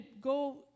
go